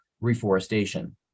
reforestation